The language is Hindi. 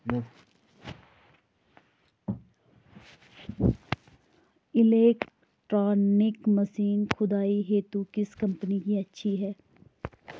इलेक्ट्रॉनिक मशीन खुदाई हेतु किस कंपनी की अच्छी है?